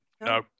No